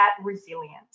resilience